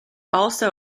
also